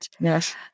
Yes